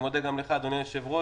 אני מודה גם לך, אדוני היושב ראש